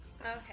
Okay